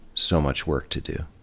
so much work to do